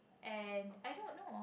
and I don't know